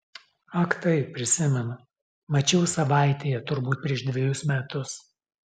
ak taip prisimenu mačiau savaitėje turbūt prieš dvejus metus